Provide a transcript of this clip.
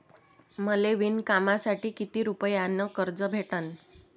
मले विणकामासाठी किती रुपयानं कर्ज भेटन?